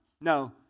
no